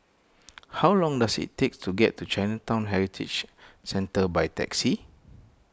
how long does it take to get to Chinatown Heritage Centre by taxi